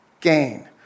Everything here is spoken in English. gain